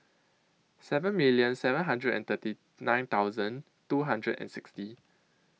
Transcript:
seven million seven hundred and thirty nine thousand two hundred and sixty